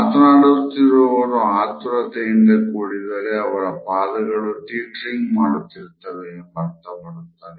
ಮಾತನಾಡುತ್ತಿರುವವರು ಆತುರತೆಯಿಂದ ಕೂಡಿದರೆ ಅವರ ಪಾದಗಳು ತೀಟರಿಂಗ್ ಮಾಡುತ್ತಿವೆ ಎಂಬರ್ಥ ಬರುತ್ತದೆ